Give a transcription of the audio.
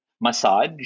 massage